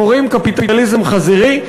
קוראים קפיטליזם חזירי,